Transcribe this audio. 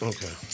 Okay